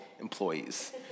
Employees